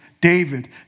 David